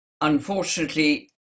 unfortunately